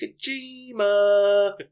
Kojima